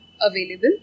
available